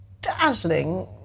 dazzling